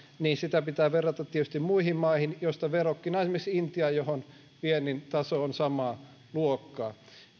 niin sitä pitää verrata tietysti muihin maihin joista verrokkina on esimerkiksi intia johon viennin taso on samaa luokkaa